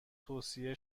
توصیه